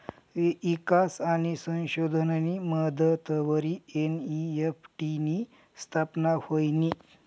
ईकास आणि संशोधननी मदतवरी एन.ई.एफ.टी नी स्थापना व्हयनी